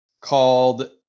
called